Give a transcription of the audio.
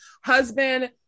husband